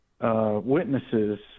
witnesses